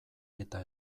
eta